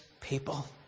people